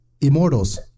Immortals